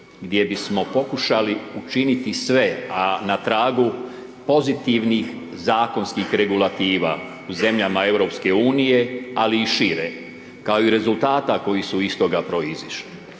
gdje bismo pokušali učiniti sve, a na tragu pozitivnih zakonskih regulativa u zemljama EU, ali i šire, kao i rezultata koji su iz toga proizišli.